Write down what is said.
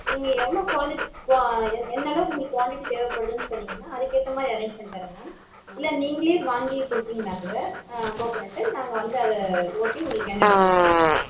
நீங்கள் எவ்வளோ குவாலிட் குவா எ எந்தளவுக்கு உங்களுக்கு குவான்டிட்டி தேவைப்படுதுன்னு சொன்னீங்கன்னால் அதுக்கேற்ற மாதிரி அரேஞ்ச் பண்ணி தரேன் மேம் இல்லை நீங்களே வாங்கி கொடுத்தீங்கன்னா கூட கோக்கனட்டு நாங்கள் வந்து அதை ஓட்டி உங்களுக்கு எண்ணெய் எடுத்து கொடுத்துருவோம் மேம்